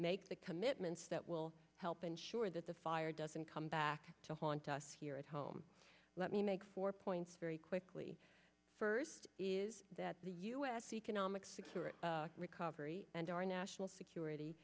make the commitments that will help ensure that the fire doesn't come back to haunt us here at home let me make four points very quickly first is that the u s economic security recovery and our national security